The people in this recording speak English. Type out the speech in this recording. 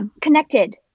Connected